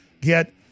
get